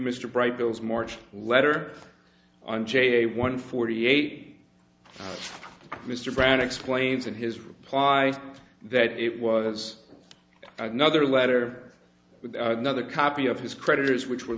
mr bright those march letter on j one forty eight mr brown explains in his reply that it was another letter with another copy of his creditors which were